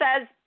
says